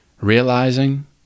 realizing